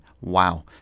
Wow